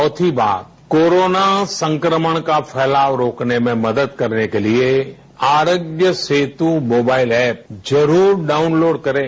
चौथी बात कोरोना संक्रमण का फैलाव रोकने में मदद करने के लिए आरोग्य सेतु मोबाइल एप जरूर डाउनलोड करें